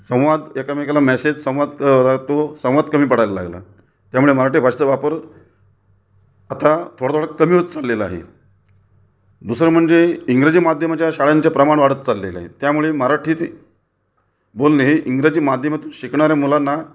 स संवाद एकामेकाला मेसेज संवाद तो संवाद कमी पडायला लागला त्यामुळे मराठी भाषेचा वापर आता थोडा थोडा कमी होत चाललेला आहे दुसरं म्हणजे इंग्रजी माध्यमाच्या शाळांचे प्रमाण वाढत चाललेलं आहे त्यामुळे मराठीतील बोलणे हे इंग्रजी माध्यमातून शिकणाऱ्या मुलांना